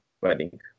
Wedding